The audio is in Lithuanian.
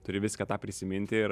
turi viską prisiminti ir